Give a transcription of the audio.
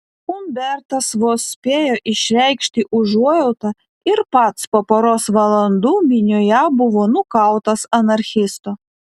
umbertas vos spėjo išreikšti užuojautą ir pats po poros valandų minioje buvo nukautas anarchisto